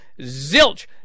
zilch